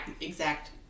exact